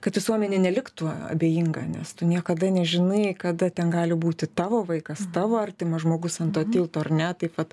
kad visuomenė neliktų abejinga nes tu niekada nežinai kada ten gali būti tavo vaikas tavo artimas žmogus ant to tilto ar ne taip vat